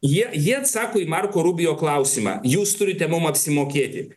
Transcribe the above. jie jie atsako į marko rubio klausimą jūs turite mum apsimokėti